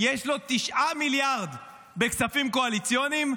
יש לו 9 מיליארד כספים קואליציוניים,